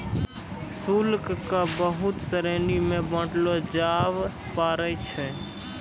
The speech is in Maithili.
शुल्क क बहुत श्रेणी म बांटलो जाबअ पारै छै